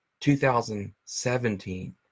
2017